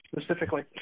specifically